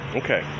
okay